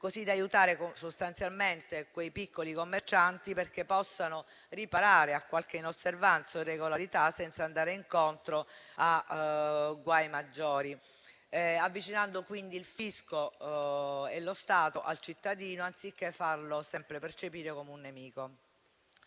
così da aiutare i piccoli commercianti a porre riparo a qualche inosservanza o irregolarità senza andare incontro a guai maggiori avvicinando, quindi, il fisco e lo Stato al cittadino, anziché farlo sempre percepire come un nemico.